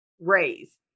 raise